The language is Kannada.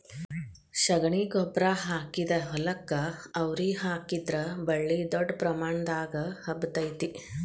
ಶಗಣಿ ಗೊಬ್ಬ್ರಾ ಹಾಕಿದ ಹೊಲಕ್ಕ ಅವ್ರಿ ಹಾಕಿದ್ರ ಬಳ್ಳಿ ದೊಡ್ಡ ಪ್ರಮಾಣದಾಗ ಹಬ್ಬತೈತಿ